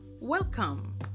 welcome